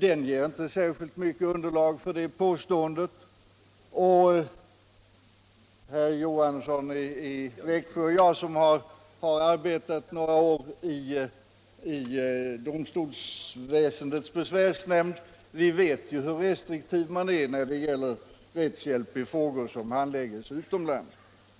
ger inte särskilt mycket underlag för utskottets påstående. Herr Johansson i Växjö och jag, som har arbetat några år i domstolsväsendets besvärsnämnd, vet hur restriktiv man är när det gäller rättshjälp i frågor som handläggs utomlands.